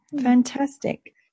Fantastic